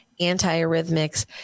antiarrhythmics